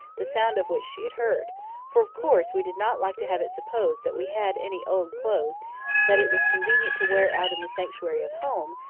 the sound of which she had heard for, of course, we did not like to have it supposed that we had any old clothes that it was convenient to wear out in the sanctuary of home,